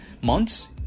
months